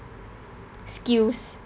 skills